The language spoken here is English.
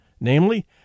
namely